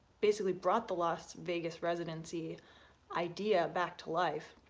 basically brought the las vegas residency idea back to life